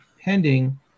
pending